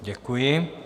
Děkuji.